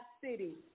city